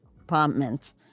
apartment